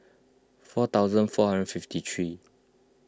four thousand four hundred fifty three